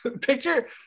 Picture